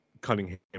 Cunningham